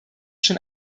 schon